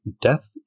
Death